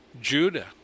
Judah